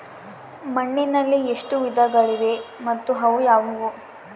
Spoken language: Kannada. ಮಣ್ಣಿನಲ್ಲಿ ಎಷ್ಟು ವಿಧಗಳಿವೆ ಮತ್ತು ಅವು ಯಾವುವು?